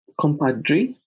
compadre